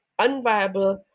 unviable